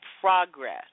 progress